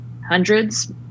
hundreds